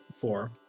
Four